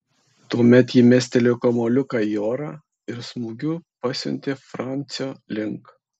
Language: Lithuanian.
tuomet ji mestelėjo kamuoliuką į orą ir smūgiu pasiuntė francio link